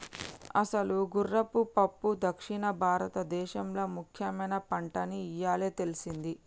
అసలు గుర్రపు పప్పు దక్షిణ భారతదేసంలో ముఖ్యమైన పంటని ఇయ్యాలే తెల్సింది